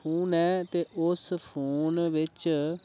phone ऐ ते उस फोन बिच्च